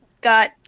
got